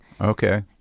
Okay